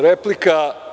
Replika.